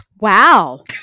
Wow